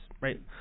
right